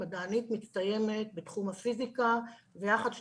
מדענית מצטיינת בתחום הפיזיקה ויחד איתה